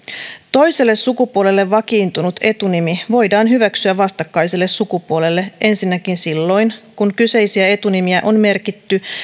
toiselle sukupuolelle vakiintunut etunimi voidaan hyväksyä vastakkaiselle sukupuolelle ensinnäkin silloin kun kyseisiä etunimiä on merkitty